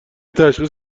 تشخیص